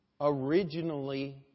originally